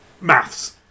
maths